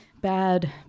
Bad